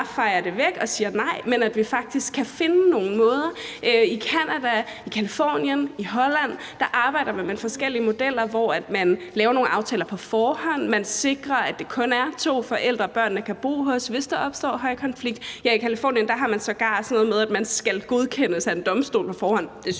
fejer det væk og siger nej – men at man faktisk kan finde nogle måder at gøre det på. I Canada, i Californien, i Holland arbejder man med forskellige modeller, hvor man laver nogle aftaler på forhånd og man sikrer, at det kun er to forældre, børnene kan bo hos, hvis der opstår højkonflikt. I Californien har man sågar gjort det på den måde, at man skal godkendes af en domstol på forhånd. Det synes